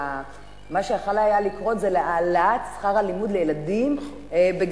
מה שיכול היה לקרות זה העלאת שכר הלימוד לילדים בגנים פרטיים.